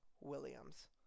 Williams